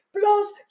Plus